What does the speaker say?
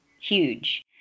huge